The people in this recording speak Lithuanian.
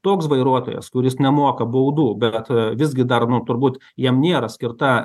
toks vairuotojas kuris nemoka baudų bet visgi dar nu turbūt jam nėra skirta